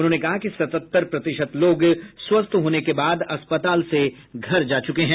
उन्होंने कहा कि सतहत्तर प्रतिशत लोग स्वस्थ होने के बाद अस्पताल से घर जा चुके है